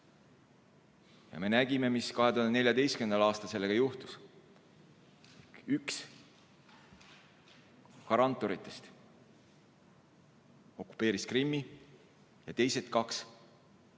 Me nägime, mis 2014. aastal sellega juhtus. Üks garanteerijatest okupeeris Krimmi ja teised kaks ei